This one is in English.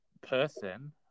person